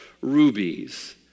rubies